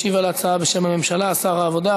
משיב על ההצעה בשם הממשלה שר העבודה,